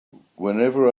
whenever